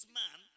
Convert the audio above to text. man